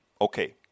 Okay